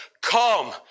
come